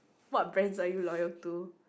what brands are you loyal to